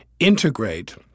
integrate